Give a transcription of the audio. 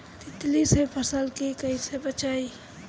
तितली से फसल के कइसे बचाई?